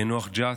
מיאנוח ג'ת,